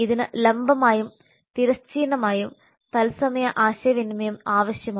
ഇതിന് ലംബമായും തിരശ്ചീനമായും തത്സമയ ആശയവിനിമയം ആവശ്യമാണ്